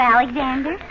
Alexander